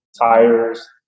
tires